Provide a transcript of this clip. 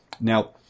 now